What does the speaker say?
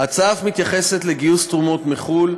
ההצעה אף מתייחסת לגיוס תרומות מחו"ל,